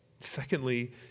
Secondly